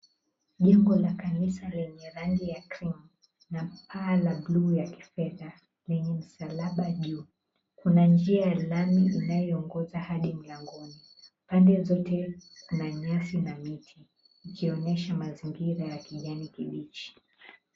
Jengo ya kanisa yenye rangi ya krimu ina paa la blu ya kifedha lenye msalaba juu. Kuna njia lami linaloongoza hadi mlangoni, upande zote kuna nyasi na miti ikionyesha mazingira ya kijani kibichi.